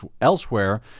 elsewhere